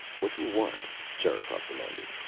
what do you want? sherikov demanded.